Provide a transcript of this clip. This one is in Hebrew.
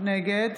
נגד